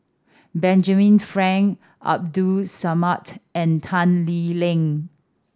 Benjamin Frank Abdul Samad and Tan Lee Leng